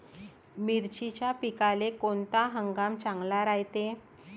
मिर्चीच्या पिकाले कोनता हंगाम चांगला रायते?